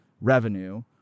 revenue